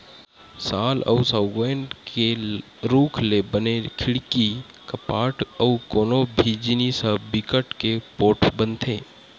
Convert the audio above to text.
साल अउ सउगौन के रूख ले बने खिड़की, कपाट अउ कोनो भी जिनिस ह बिकट के पोठ बनथे